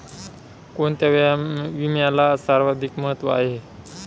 कोणता विम्याला सर्वाधिक महत्व आहे?